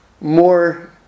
more